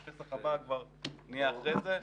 כלומר שבפסח הבא כבר נהיה אחרי זה.